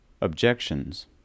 Objections